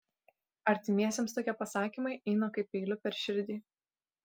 artimiesiems tokie pasakymai eina kaip peiliu per širdį